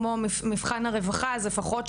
כמו מבחן הרווחה אז לפחות,